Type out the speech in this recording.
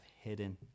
hidden